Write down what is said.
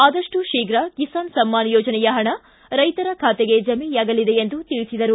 ಆದಷ್ಟು ಶೀಘ್ ಕಿಸಾನ್ ಸಮ್ನಾನ ಯೋಜನೆಯ ಹಣ ರೈತರ ಖಾತೆಗೆ ಜಮೆಯಾಗಲಿದೆ ಎಂದು ತಿಳಿಸಿದರು